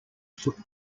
foot